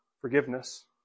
forgiveness